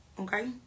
okay